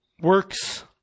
works